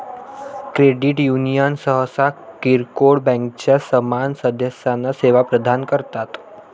credit union सहसा किरकोळ बँकांच्या समान सदस्यांना सेवा प्रदान करतात